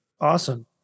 Awesome